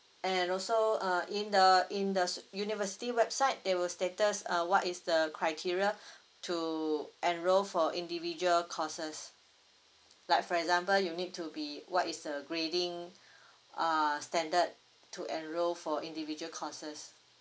and also uh in the in the s~ university website they will stated uh what is the criteria to enrol for individual courses like for example you need to be what is the grading uh standard to enrol for individual courses